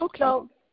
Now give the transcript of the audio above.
Okay